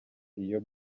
iyo